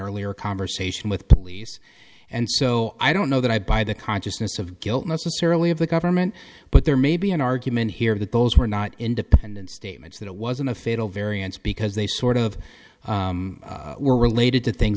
earlier conversation with police and so i don't know that i buy the consciousness of guilt necessarily of the government but there may be an argument here that those who are not independent statements that it wasn't a fatal variance because they sort of were related to things